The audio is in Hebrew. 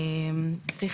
(ג),